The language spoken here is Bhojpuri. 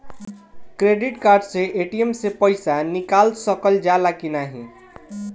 क्रेडिट कार्ड से ए.टी.एम से पइसा निकाल सकल जाला की नाहीं?